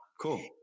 cool